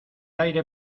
aire